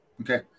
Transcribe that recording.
Okay